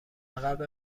عقب